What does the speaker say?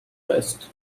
last